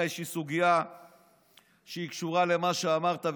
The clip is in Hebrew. יש לי איזושהי סוגיה שהיא קשורה למה שאמרת,